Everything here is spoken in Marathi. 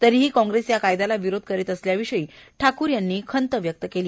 तरीही काँग्रेस या कायद्याला विरोध करीत असल्याविषयी ठाकूर यांनी खंत स्यक्त केली